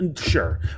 Sure